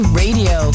radio